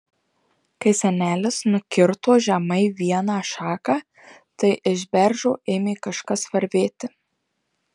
kai senelis nukirto žemai vieną šaką tai iš beržo ėmė kažkas varvėti